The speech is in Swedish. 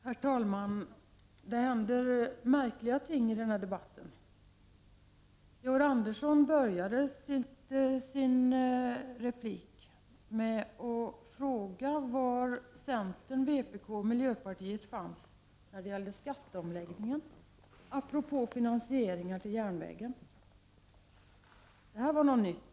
Herr talman! Det händer märkliga ting i den här debatten. Georg Andersson började sitt inlägg med att fråga, apropå finansieringar till järnvägen, var centern, miljöpartiet och vpk fanns när det gällde skatteomläggningen. Jag måste säga att detta var någonting nytt.